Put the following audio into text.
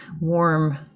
warm